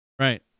right